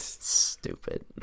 Stupid